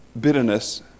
Bitterness